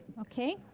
Okay